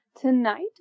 Tonight